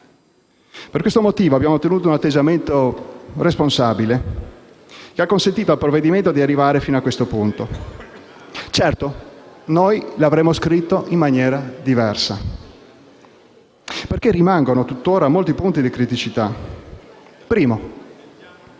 Per questo motivo abbiamo tenuto un atteggiamento responsabile che ha consentito al provvedimento di arrivare fino a questo punto. Certo, noi lo avremmo scritto in maniera diversa perché rimangono tutt'ora molti punti critici fra